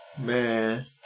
man